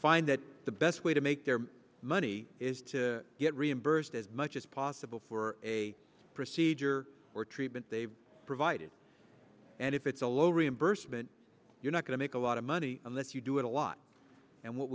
find that the best way to make their money is to get reimbursed as much as possible for a procedure or treatment they've provided and if it's a low reimbursement you're not going to make a lot of money unless you do it a lot and what